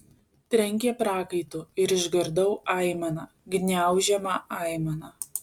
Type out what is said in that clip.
trenkė prakaitu ir išgirdau aimaną gniaužiamą aimaną